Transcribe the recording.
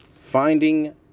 finding